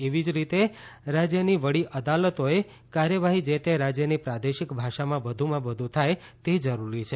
એવી જ રીતે રાજયની વડીઅદાલતોની કાર્યવાહી જે તે રાજયની પ્રાદેશિક ભાષામાં વધુમાં વધુ થાય તે જરૂરી છે